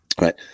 Right